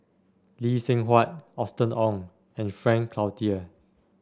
Lee Seng Huat Austen Ong and Frank Cloutier